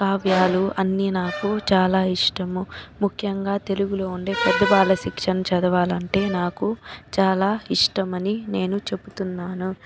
కావ్యాలు అన్ని నాకు చాలా ఇష్టము ముఖ్యంగా తెలుగులో ఉండే పెద్ద బాల శిక్షను చదవాలంటే నాకు చాలా ఇష్టమని నేను చెపుతున్నాను